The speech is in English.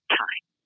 time